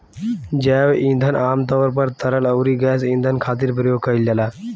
जैव ईंधन आमतौर पर तरल अउरी गैस ईंधन खातिर प्रयोग कईल जाला